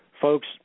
Folks